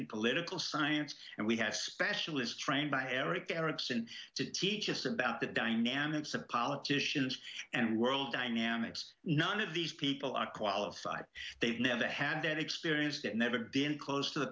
and political science and we have specialists trained by erick erickson to teach us about the dynamics of politicians and world dynamics none of these people are qualified they've never had that experience that never been close to the